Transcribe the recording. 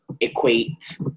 equate